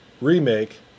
Remake